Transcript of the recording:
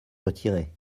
retirés